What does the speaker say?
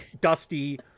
dusty